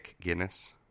Guinness